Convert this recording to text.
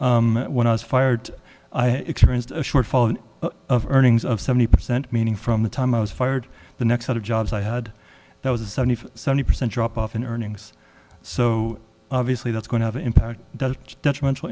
when i was fired i experienced a shortfall of earnings of seventy percent meaning from the time i was fired the next set of jobs i had that was a sunny sunny percent drop off in earnings so obviously that's going to of impact does a detrimental